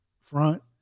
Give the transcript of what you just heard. front